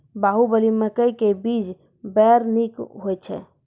बाहुबली मकई के बीज बैर निक होई छै